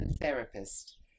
therapist